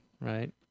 right